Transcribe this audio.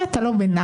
גם.